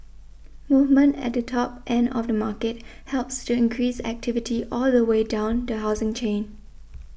movement at the top end of the market helps to increase activity all the way down the housing chain